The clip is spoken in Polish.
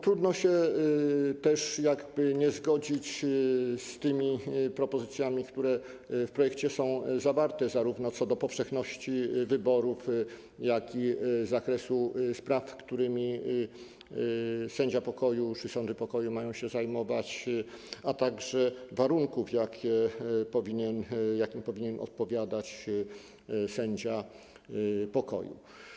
Trudno się też nie zgodzić z tymi propozycjami, które w projekcie są zawarte, co do zarówno powszechności wyborów, jak i zakresu spraw, którymi sędzia pokoju czy sądy pokoju mają się zajmować, a także warunków, jakim powinien odpowiadać sędzia pokoju.